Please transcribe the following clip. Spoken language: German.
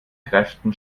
kräften